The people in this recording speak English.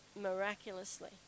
miraculously